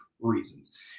reasons